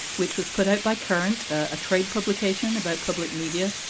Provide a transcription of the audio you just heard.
which was put out by current, a trade publication about public media.